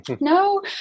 no